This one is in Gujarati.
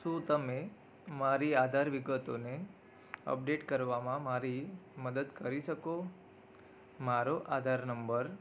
શું તમે મારી આધાર વિગતોને અપડેટ કરવામાં મારી મદદ કરી શકો મારો આધાર નંબર